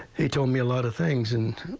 he told me a lot of things and